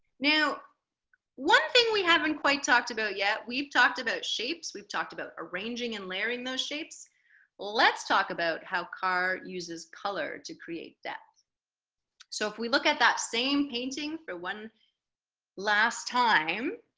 now one thing we haven't quite talked about yet we've talked about shapes we've talked about arranging and layering those shapes let's talk about how car uses color to create that so if we look at that same painting for one last time